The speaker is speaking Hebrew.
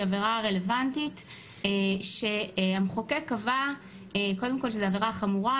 עבירה הרלוונטית שהמחוקק קבע קודם כל שזאת עבירה חמורה,